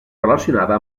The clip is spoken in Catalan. relacionada